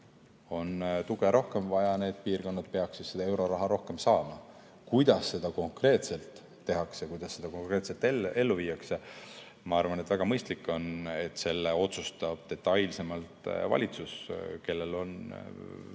on tuge rohkem vaja, peaks seda euroraha rohkem saama. Kuidas seda konkreetselt tehakse, kuidas seda konkreetselt ellu viiakse? Ma arvan, et väga mõistlik on, kui selle otsustab detailsemalt valitsus, kellel on palju